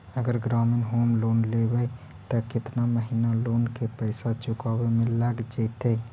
अगर ग्रामीण home loan लेबै त केतना महिना लोन के पैसा चुकावे में लग जैतै?